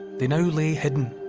they now lay hidden,